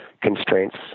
constraints